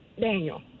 Daniel